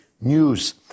News